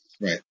Right